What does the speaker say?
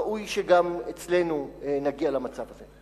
ראוי שגם אצלנו נגיע למצב הזה.